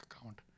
account